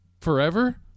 forever